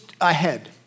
ahead